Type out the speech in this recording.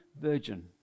virgin